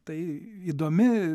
tai įdomi